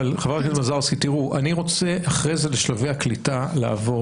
חברת הכנסת מזרסקי, אני רוצה לשלבי הקליטה לעבור